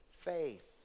faith